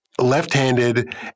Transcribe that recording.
left-handed